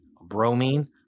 bromine